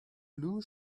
blue